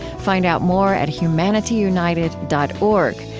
find out more at humanityunited dot org,